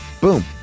boom